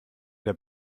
der